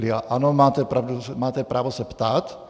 A ano, máte pravdu, že máte právo se ptát.